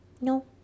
No